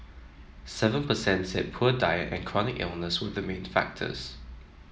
seven per cent said poor diet and chronic illness were the main factors